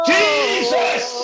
Jesus